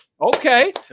okay